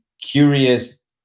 curious